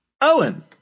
Owen